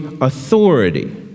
authority